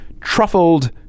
Truffled